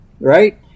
right